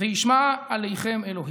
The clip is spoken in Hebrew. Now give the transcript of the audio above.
וישמע אליכם ה'.